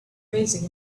raising